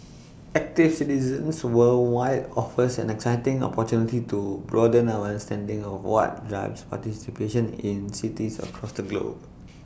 active Citizens Worldwide offers an exciting opportunity to broaden our understanding of what drives participation in cities across the globe